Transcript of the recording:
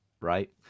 right